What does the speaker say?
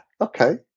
okay